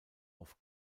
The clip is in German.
auf